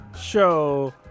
show